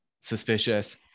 suspicious